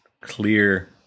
clear